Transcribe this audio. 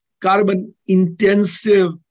carbon-intensive